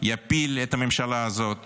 יפיל את הממשלה הזאת